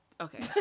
Okay